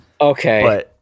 Okay